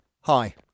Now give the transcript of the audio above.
Hi